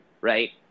right